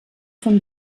vom